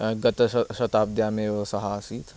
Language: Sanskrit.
गतशशताभ्यामेव सः आसीत्